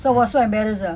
so I was so embarrassed ah